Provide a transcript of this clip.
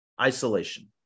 isolation